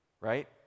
right